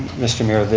mr. mayor,